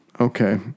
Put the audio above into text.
Okay